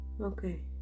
Okay